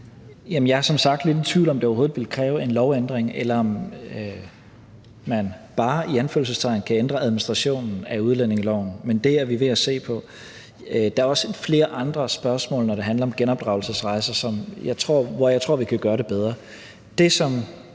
sagt lidt i tvivl om, om det overhovedet ville kræve en lovændring, eller om man bare – i anførselstegn – kan ændre administrationen af udlændingeloven. Men det er vi ved at se på. Der er også flere andre spørgsmål, når det handler om genopdragelsesrejser, hvor jeg tror vi kan gøre det bedre.